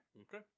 Okay